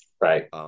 Right